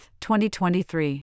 2023